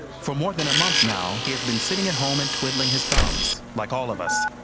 for more than a month now, he has been sitting at home and twiddling his thumbs like all of us.